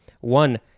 One